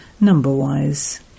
number-wise